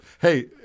Hey